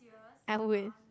I would